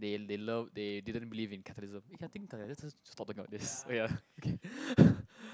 they they love they didn't believe in Catholicism eh I think that let's just stop talking about this oh ya okay